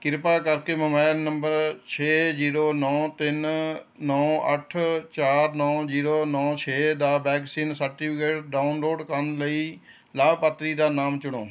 ਕਿਰਪਾ ਕਰਕੇ mobile number ਛੇ ਜ਼ੀਰੋ ਨੌਂ ਤਿੰਨ ਨੌਂ ਅੱਠ ਚਾਰ ਨੌਂ ਜ਼ੀਰੋ ਨੌਂ ਛੇ ਦਾ ਵੈਕਸੀਨ ਸਰਟੀਫਿਕੇਟ ਡਾਊਨਲੋਡ ਕਰਨ ਲਈ ਲਾਭਪਾਤਰੀ ਦਾ ਨਾਮ ਚੁਣੋ